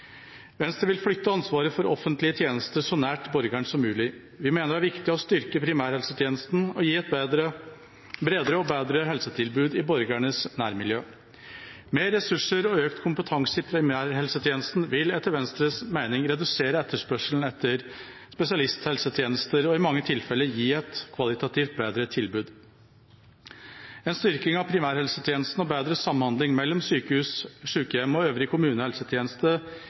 Venstre vil flytte ansvaret for offentlige tjenester så nær borgeren som mulig. Vi mener det er viktig å styrke primærhelsetjenesten og gi et bredere og bedre helsetilbud i borgernes nærmiljø. Flere ressurser og økt kompetanse i primærhelsetjenesten vil etter Venstres mening redusere etterspørselen etter spesialisthelsetjenester og i mange tilfeller gi et kvalitativt bedre tilbud. En styrking av primærhelsetjenesten og bedre samhandling mellom sjukehus, sjukehjem og øvrig kommunehelsetjeneste